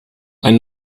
ein